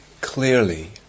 clearly